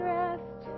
rest